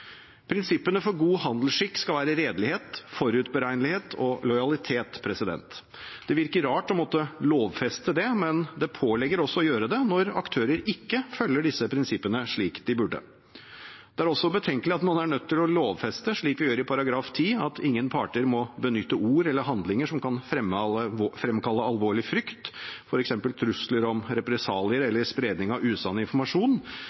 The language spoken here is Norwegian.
Prinsippene for god handelsskikk skal være redelighet, forutberegnelighet og lojalitet. Det virker rart å måtte lovfeste det, men det påligger oss å gjøre det når aktører ikke følger disse prinsippene slik de burde. Det er også betenkelig at vi nå er nødt til å lovfeste, slik vi gjør i § 10, at ingen parter må benytte ord eller handlinger som kan fremkalle alvorlig frykt, f.eks. trusler om represalier eller spredning av usann informasjon,